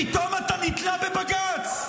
פתאום אתה נתלה בבג"ץ.